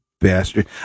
bastard